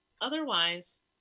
otherwise